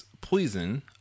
poison